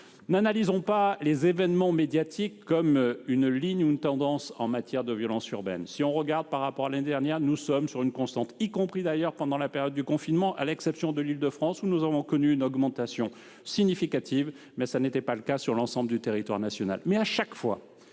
N'analysons pas les événements médiatiques comme une ligne ou une tendance en matière de violence urbaine. Par rapport à l'année dernière, nous nous situons sur une constante, y compris d'ailleurs pendant la période du confinement, excepté en Île-de-France, où nous avons connu une augmentation significative des incidents- cela n'a pas été le cas sur l'ensemble du territoire national.